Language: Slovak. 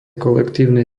kolektívnej